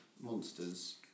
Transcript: monsters